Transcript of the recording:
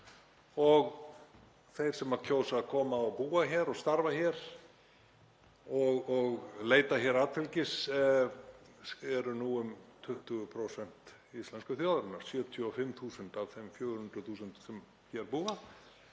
þeir sem kjósa að koma og búa hér, starfa hér og leita atfylgis eru nú um 20% íslensku þjóðarinnar, 75.000 af þeim 400.000 sem hér búa.